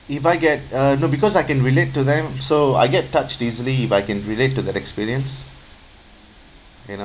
if I get uh no because I can relate to them so I get touched easily I can relate to that experience you know